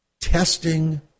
testing